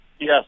Yes